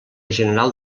general